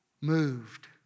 moved